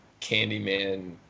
Candyman